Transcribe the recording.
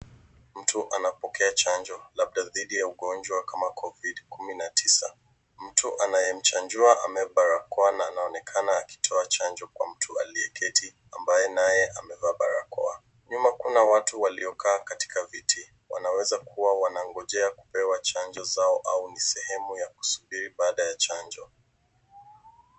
Mtu anapokea chanjo labda dhidi ya ugonjwa kama Covid-19 . Mtu anayemchanjua amebarakoa na anaonekana akitoa chanjo kwa mtu aliyeketi ambaye naye amevaa barakoa. Nyuma kuna watu waliokaa katika viti. Wanaweza kuwa wanangojea kupewa chanjo zao au ni sehemu ya kusubiri baada ya chanjo.